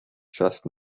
just